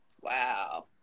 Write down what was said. Wow